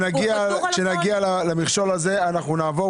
כשנגיע למכשול הזה אנחנו נעבור.